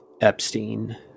Epstein